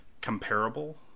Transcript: comparable